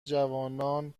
جوانان